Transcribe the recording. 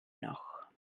noch